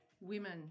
women